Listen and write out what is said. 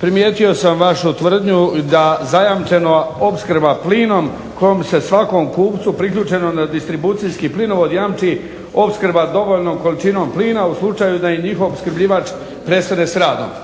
primijetio sam vašu tvrdnju da zajamčeno opskrba plinom kojom bi se svakom kupcu priključenom na distribucijski plinovod jamči opskrba dovoljnom količinom plina u slučaju da im njihov opskrbljivač prestane s radom.